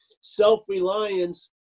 self-reliance